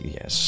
Yes